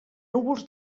núvols